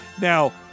now